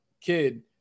kid